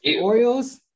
Orioles